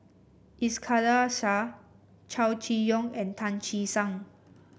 Iskandar Shah Chow Chee Yong and Tan Che Sang